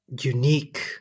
unique